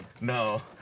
No